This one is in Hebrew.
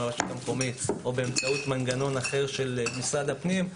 הרשות המקומית או באמצעות מנגנון אחר של משרד הפנים?